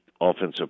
Offensive